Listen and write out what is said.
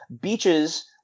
Beaches